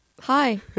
Hi